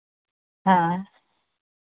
ᱚ